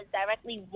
directly